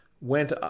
went